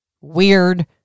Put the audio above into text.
weird